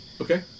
Okay